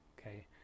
Okay